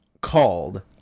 called